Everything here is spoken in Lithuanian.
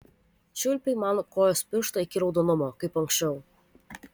čiulpei man kojos pirštą iki raudonumo kaip anksčiau